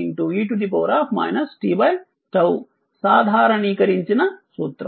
e t𝜏 సాధారణీకరించిన సూత్రం